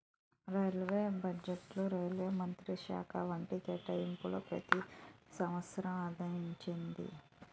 railway బడ్జెట్ను railway మంత్రిత్వశాఖ వాటి కేటాయింపులను ప్రతి సంవసరం అందించేది